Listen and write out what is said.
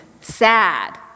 sad